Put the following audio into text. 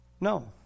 No